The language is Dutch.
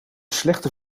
slechte